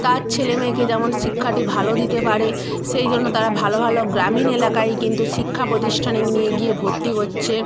তার ছেলে মেয়েকে যেমন শিক্ষাটি ভালো দিতে পারে সেই জন্য তারা ভালো ভালো গ্রামীণ এলাকায় কিন্তু শিক্ষা প্রতিষ্ঠানে নিয়ে গিয়ে ভর্তি করছে